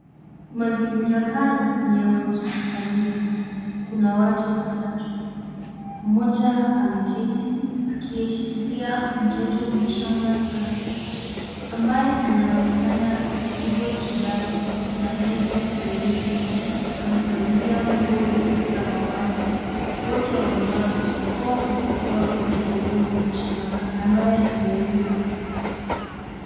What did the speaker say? Mazingira haya ni ya hospitalini kuna watu watatu mmoja ameketi ameshikilia mtoto mchanga sana ambaye anaonekana akidungwa sindano na [nesi] aliyesimama amevalia nguo ya samawati. Wote wamevaa barakoa isipokuwa mtot huyu mchanga ambaye analia.